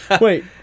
Wait